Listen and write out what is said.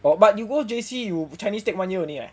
oh but you go J_C you chinese take one year only leh